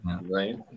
Right